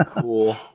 Cool